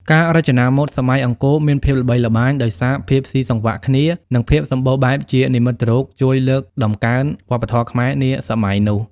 ការរចនាម៉ូដសម័យអង្គរមានភាពល្បីល្បាញដោយសារភាពស៊ីសង្វាក់គ្នា និងភាពសម្បូរបែបជានិមិត្តរូបជួយលើកតម្កើងវប្បធម៌ខ្មែរនាសម័យនោះ។